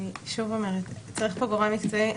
אני שוב אומרת, צריך כאן גורם מקצועי.